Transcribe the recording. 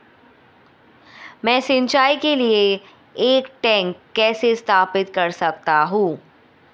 मैं सिंचाई के लिए एक टैंक कैसे स्थापित कर सकता हूँ?